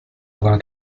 brun